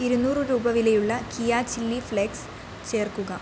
ഇരുനൂറ് രൂപ വിലയുള്ള കിയാ ചില്ലി ഫ്ലേക്സ് ചേർക്കുക